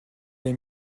aime